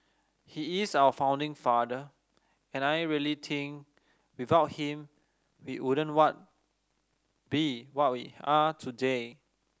he is our founding father and I really think without him we wouldn't what be what we are today